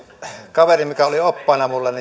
kaveri joka oli oppaana minulle